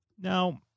Now